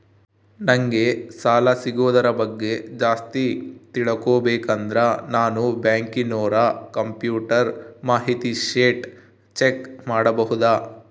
ನಂಗೆ ಸಾಲ ಸಿಗೋದರ ಬಗ್ಗೆ ಜಾಸ್ತಿ ತಿಳಕೋಬೇಕಂದ್ರ ನಾನು ಬ್ಯಾಂಕಿನೋರ ಕಂಪ್ಯೂಟರ್ ಮಾಹಿತಿ ಶೇಟ್ ಚೆಕ್ ಮಾಡಬಹುದಾ?